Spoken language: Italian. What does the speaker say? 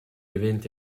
eventi